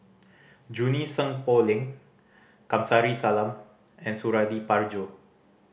Junie Sng Poh Leng Kamsari Salam and Suradi Parjo